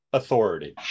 authority